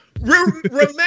Remember